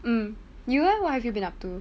mm you eh what have you been up to